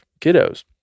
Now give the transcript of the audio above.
kiddos